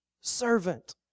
servant